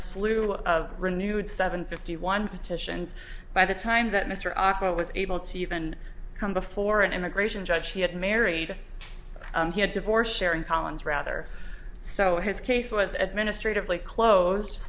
slew of renewed seven fifty one petitions by the time that mr arkell was able to even come before an immigration judge he had married he had divorced sharon collins rather so his case was administratively closed